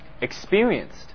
experienced